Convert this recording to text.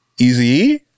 easy